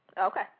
Okay